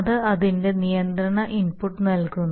അത് അതിന്റെ നിയന്ത്രണ ഇൻപുട്ട് നൽകുന്നു